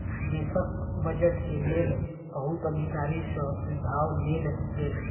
देशक बजट के लेल बहुत अधिकारी सॅ सुझाव लेल गेल